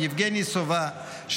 יבגני סובה,